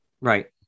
Right